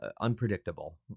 unpredictable